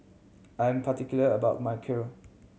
I'm particular about my Kheer